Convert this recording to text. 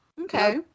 Okay